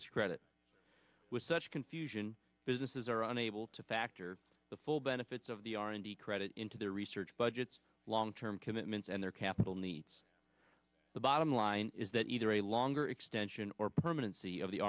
this credit with such confusion businesses are unable to factor the full benefits of the r and d credit into their research budgets long term commitments and their capital needs the bottom line is that either a longer extension or permanency of the